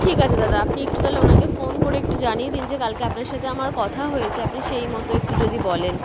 ঠিক আছে দাদা আপনি একটু তাহলে ওনাকে ফোন করে একটু জানিয়ে দিন যে কালকে আপনার সাথে আমার কথা হয়েছে আপনি সেই মতো একটু যদি বলেন